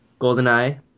GoldenEye